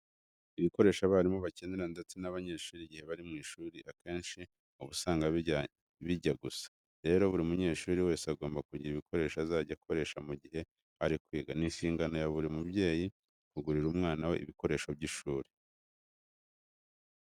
Ibikoresho abarimu bakenera ndetse n'abanyeshuri igihe bari mu ishuri akenshi uba usanga bijya gusa. Rero buri munyeshuri wese agomba kugira ibikoresho azajya akoresha mu gihe ari kwiga. Ni inshingano ya buri mubyeyi kugurira umwana we ibikoresho by'ishuri.